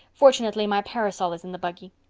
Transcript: fortunately my parasol is in the buggy.